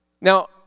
Now